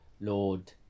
Lord